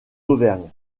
auvergne